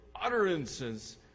utterances